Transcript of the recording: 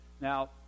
Now